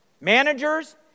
Managers